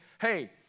hey